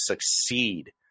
succeed